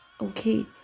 Okay